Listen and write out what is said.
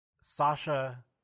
Sasha